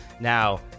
Now